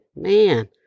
Man